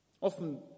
Often